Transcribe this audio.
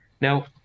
Now